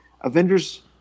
Avengers